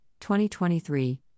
2023